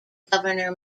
governor